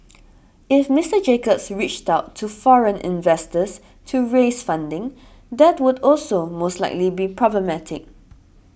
if Mister Jacobs reached out to foreign investors to raise funding that would also most likely be problematic